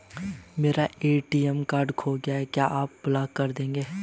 मेरा ATM card खो गया है क्या आप उसे ब्लॉक कर देंगे?